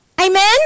Amen